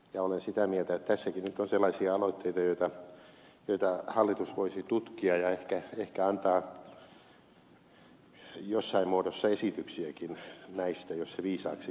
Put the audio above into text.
olen sitä mieltä että tässäkin nyt on sellaisia aloitteita joita hallitus voisi tutkia ja joista se ehkä voisi antaa jossain muodossa esityksiäkin jos se viisaaksi havaitaan